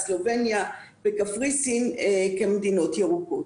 סלובניה וקפריסין כמדינות ירוקות.